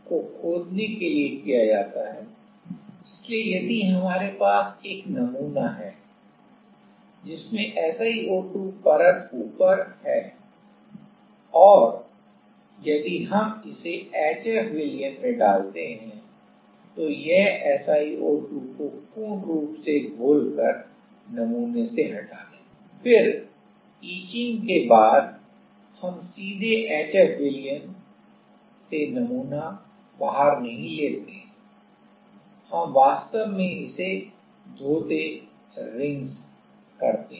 इसलिए यदि हमारे पास एक नमूना है जिसमें SiO2 परत ऊपर और यदि हम इसे HF विलयन में डालते हैं तो यह SiO2 को पूर्ण रूप से घोल कर नमूने से हटा देता है फिर इचिंग के बाद हम सीधे HF विलयन से नमूना बाहर नहीं लेते हैं हम वास्तव में इसे धोते हैं